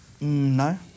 No